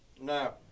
No